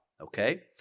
Okay